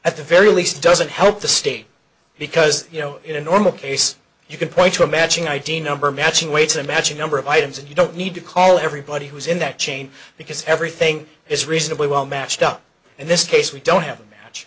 at the very least doesn't help the state because you know in a normal case you can point to a matching id number matching weights and matching number of items and you don't need to call everybody who is in that chain because everything is reasonably well matched up in this case we don't have a match